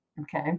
Okay